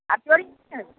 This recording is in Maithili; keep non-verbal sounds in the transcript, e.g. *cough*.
आब चोरी *unintelligible*